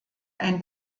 ein